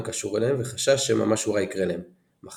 קשור אליהם וחשש שמא משהו רע יקרה להם מחלה,